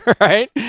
right